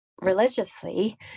religiously